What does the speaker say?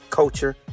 culture